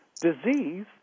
disease